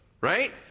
right